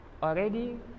already